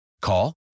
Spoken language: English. Call